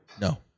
No